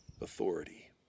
authority